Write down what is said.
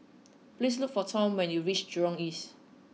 please look for Tom when you reach Jurong East